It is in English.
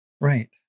Right